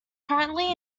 currently